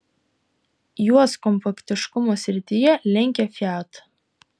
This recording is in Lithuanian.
juos kompaktiškumo srityje lenkia fiat